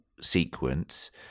sequence